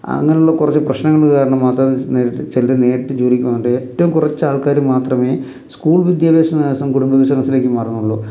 അങ്ങനെയുള്ള കുറച്ചു പ്രശ്നങ്ങൾ കാരണം മാത്രം ചിലർ നേരിട്ട് ജോലിക്ക് പോകുന്നുണ്ട് ഏറ്റവും കുറച്ചു ആൾക്കാർ മാത്രമേ സ്കൂൾ വിദ്യാഭ്യാസം കുടുംബ ബിസിനസിലേക്ക് മാറുന്നുള്ളൂ